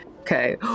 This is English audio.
Okay